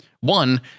one